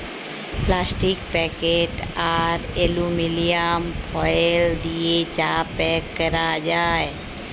plastic packet আর aluminium foil দিয়ে চা প্যাক ক্যরা যায়